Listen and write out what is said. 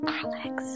alex